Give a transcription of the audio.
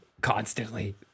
Constantly